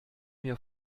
mir